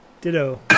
Ditto